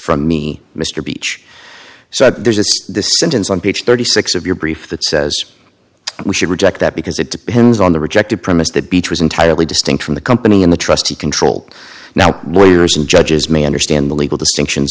from me mr beach so there's a sentence on page thirty six of your brief that says we should reject that because it depends on the rejected premise the beach was entirely distinct from the company in the trustee control now lawyers and judges may understand the legal distinction